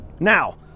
Now